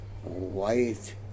White